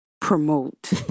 promote